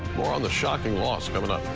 more on the shocking loss coming up.